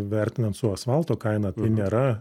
vertinant su asfalto kaina tai nėra